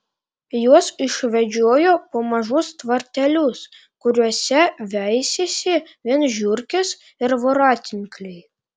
juos išvedžiojo po mažus tvartelius kuriuose veisėsi vien žiurkės ir voratinkliai